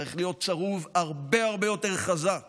צריך להיות צרוב הרבה הרבה יותר חזק